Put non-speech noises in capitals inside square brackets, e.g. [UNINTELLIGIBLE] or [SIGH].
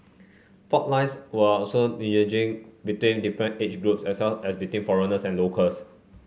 fault lines were also [UNINTELLIGIBLE] between different age groups as well as between foreigners and locals